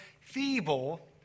feeble